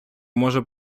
може